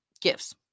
Gifts